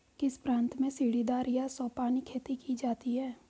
किस प्रांत में सीढ़ीदार या सोपानी खेती की जाती है?